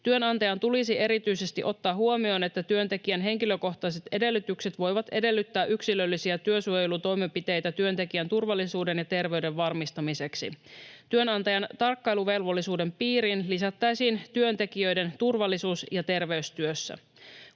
Työnantajan tulisi erityisesti ottaa huomioon, että työntekijän henkilökohtaiset edellytykset voivat edellyttää yksilöllisiä työsuojelutoimenpiteitä työntekijän turvallisuuden ja terveyden varmistamiseksi. Työnantajan tarkkailuvelvollisuuden piiriin lisättäisiin työntekijöiden turvallisuus ja terveys työssä.